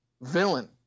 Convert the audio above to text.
villain